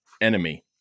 enemy